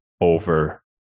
over